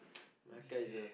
just kidding